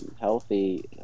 healthy